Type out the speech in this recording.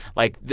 like,